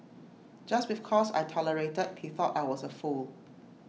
just because I tolerated he thought I was A fool